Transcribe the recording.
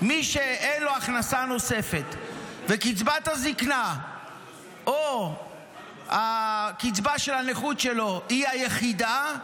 מי שאין לו הכנסה נוספת וקצבת הזקנה או הקצבה של הנכות שלו היא היחידה,